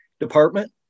department